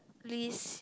list